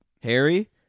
Harry